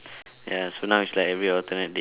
ya so now it's like every alternate days